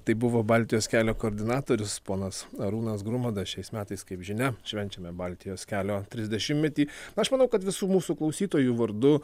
tai buvo baltijos kelio koordinatorius ponas arūnas grumadas šiais metais kaip žinia švenčiame baltijos kelio trisdešimtmetį aš manau kad visų mūsų klausytojų vardu